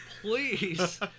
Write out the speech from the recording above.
please